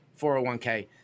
401k